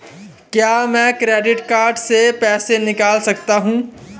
क्या मैं credit card से पैसे निकाल सकता हूँ?